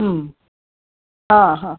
ಹ್ಞೂ ಹಾಂ ಹಾಂ